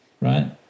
right